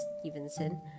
Stevenson